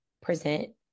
present